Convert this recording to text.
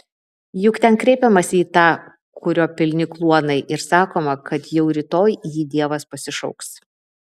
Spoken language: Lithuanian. juk ten kreipiamasi į tą kurio pilni kluonai ir sakoma kad jau rytoj jį dievas pasišauks